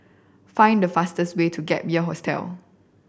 find the fastest way to Gap Year Hostel